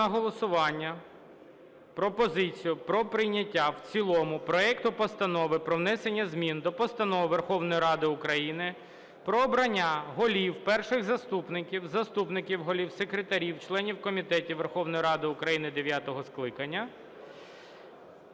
на голосування пропозицію про прийняття в цілому проекту Постанови про внесення змін до Постанови Верховної Ради України "Про обрання голів, перших заступників, заступників голів, секретарів, членів комітетів Верховної Ради України дев’ятого скликання"